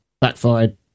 backfired